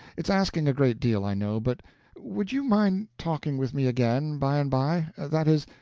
it's asking a great deal, i know, but would you mind talking with me again by and by that is,